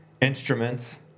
instruments